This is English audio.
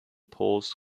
poles